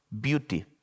beauty